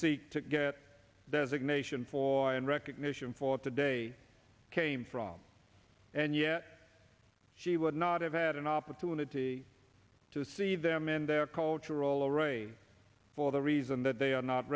seek to get designation for and recognition for today came from and yet she would not have had an opportunity to see them in their cultural array for the reason that they are not